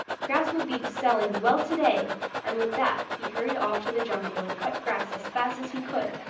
grass will be selling well to-day and with that he hurried off to the jungle and cut grass as fast as he could.